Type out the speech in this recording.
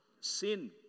sin